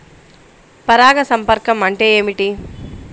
పరాగ సంపర్కం అంటే ఏమిటి?